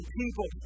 people